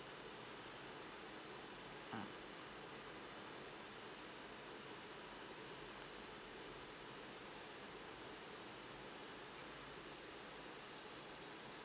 mm